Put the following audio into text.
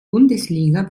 bundesliga